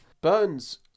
Burns